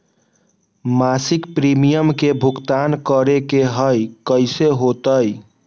मासिक प्रीमियम के भुगतान करे के हई कैसे होतई?